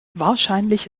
wahrscheinlich